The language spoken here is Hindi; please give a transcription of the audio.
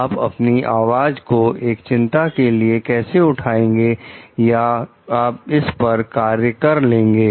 आप अपनी आवाज को एस चिंता के लिए कैसे उठाएंगे या आप इस पर कार्य कर लेंगे